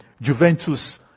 Juventus